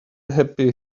happy